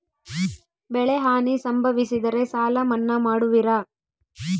ಬೆಳೆಹಾನಿ ಸಂಭವಿಸಿದರೆ ಸಾಲ ಮನ್ನಾ ಮಾಡುವಿರ?